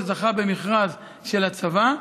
שזכה במכרז של הצבא.